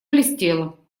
блестело